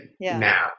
now